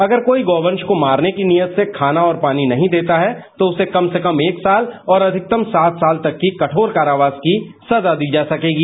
अगर कोई गौवंश को मारने की नीयत से खाना और पानी नहीं देता है तो उसे कम से कम एक साल और अधिकतम सात साल तक की कठोर कारावास की सजा दी जा सकेगी